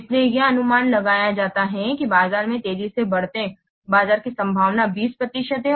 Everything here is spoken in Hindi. इसलिए यह अनुमान लगाया जाता है कि बाजार में तेजी से बढ़ते बाजार की संभावना 20 प्रतिशत है